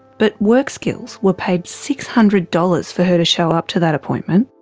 but workskills were paid six hundred dollars for her to show up to that appointment.